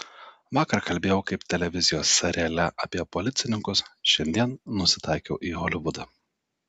vakar kalbėjau kaip televizijos seriale apie policininkus šiandien nusitaikiau į holivudą